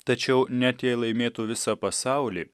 tačiau net jei laimėtų visą pasaulį